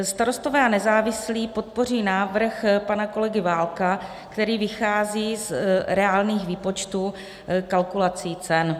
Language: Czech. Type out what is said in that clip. Starostové a nezávislí podpoří návrh pana kolegy Válka, který vychází z reálných výpočtů kalkulací cen.